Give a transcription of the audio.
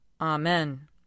Amen